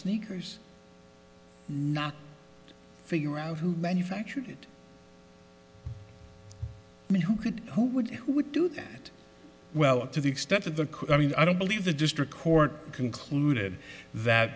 sneakers not figure out who manufactured it i mean who could who would who would do that well it to the extent of the i mean i don't believe the district court concluded that